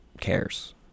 cares